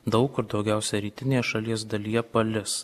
daug kur daugiausiai rytinėje šalies dalyje palis